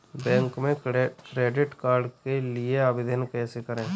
Bank में credit card के लिए आवेदन कैसे करें?